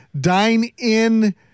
Dine-in